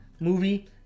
movie